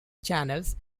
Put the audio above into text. channels